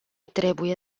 trebuie